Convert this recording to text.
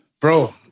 bro